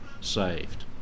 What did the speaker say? saved